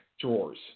drawers